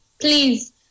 please